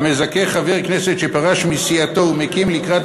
המזכה חבר כנסת שפרש מסיעתו ומקים לקראת